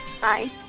Bye